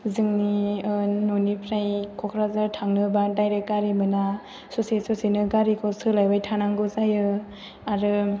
जोंनि न'निफ्राय क'क्राझार थांनोबा डायरेक्ट गारि मोना ससे ससेनो गारिखौ सोलायबाय थानांगौ जायो आरो